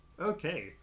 Okay